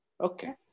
okay